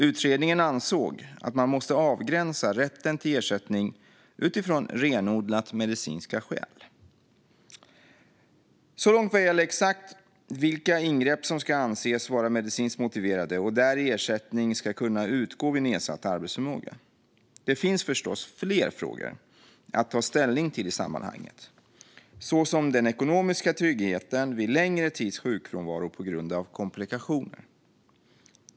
Utredningen ansåg att man måste avgränsa rätten till ersättning utifrån renodlat medicinska skäl. Så långt vad gäller exakt vilka ingrepp som ska anses vara medicinskt motiverade och där ersättning ska kunna utgå vid nedsatt arbetsförmåga - det finns förstås fler frågor att ta ställning till i sammanhanget, såsom den ekonomiska tryggheten vid en längre tids sjukfrånvaro på grund av komplikationer.